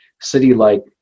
city-like